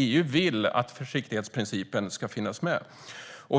EU vill att försiktighetsprincipen ska finnas med.